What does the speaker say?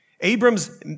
Abram's